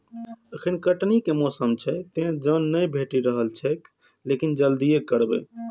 एखन कटनी के मौसम छैक, तें जन नहि भेटि रहल छैक, लेकिन जल्दिए करबै